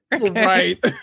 Right